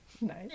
Nice